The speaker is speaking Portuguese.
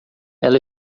ela